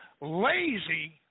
lazy